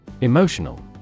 Emotional